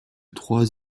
trois